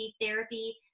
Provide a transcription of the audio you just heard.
therapy